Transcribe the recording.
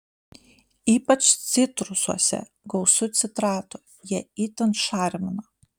ypač citrusuose gausu citratų jie itin šarmina